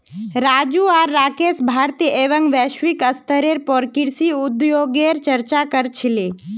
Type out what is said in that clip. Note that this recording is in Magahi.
राजू आर राकेश भारतीय एवं वैश्विक स्तरेर पर कृषि उद्योगगेर चर्चा क र छीले